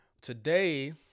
Today